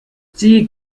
sie